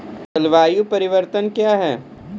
जलवायु परिवर्तन कया हैं?